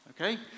Okay